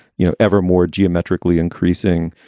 you know, ever more geometrically increasing